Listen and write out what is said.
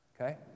Okay